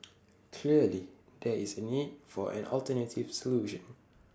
clearly there is A need for an alternative solution